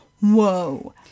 whoa